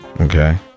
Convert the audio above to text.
Okay